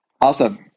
Awesome